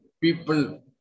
people